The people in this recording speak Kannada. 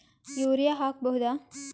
ಯೂರಿಯ ಹಾಕ್ ಬಹುದ?